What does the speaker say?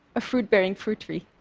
a fruit-bearing fruit tree.